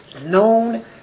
known